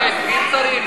זה לא קיים בכלל בחוק הזה.